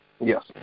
Yes